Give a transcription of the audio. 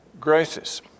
graces